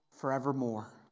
forevermore